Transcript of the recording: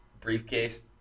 briefcase